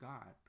God